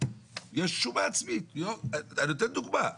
יש --- אני נותן דוגמה.